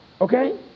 Okay